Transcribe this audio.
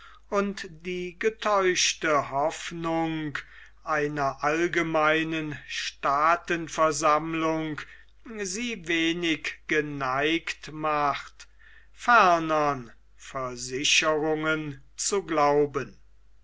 und die getäuschte hoffnung einer allgemeinen staatenversammlung sie wenig geneigt macht fernern versicherungen zu glauben